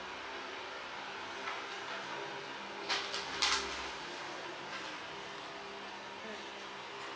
mm